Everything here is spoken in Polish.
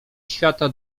świata